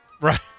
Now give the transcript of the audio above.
Right